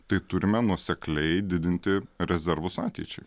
tai turime nuosekliai didinti rezervus ateičiai